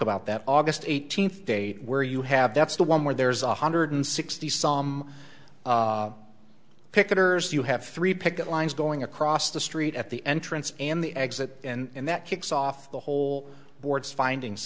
about that august eighteenth day where you have that's the one where there's a hundred sixty some picketers you have three picket lines going across the street at the entrance and the exit and that kicks off the whole board's findings